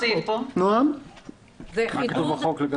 זה לא בחוק.